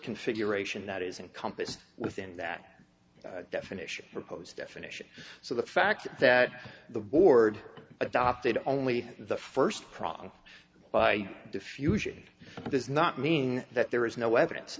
configuration that is and compassed within that definition proposed definition so the fact that the board adopted only the first prong by diffusion does not mean that there is no evidence